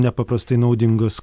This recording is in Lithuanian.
nepaprastai naudingas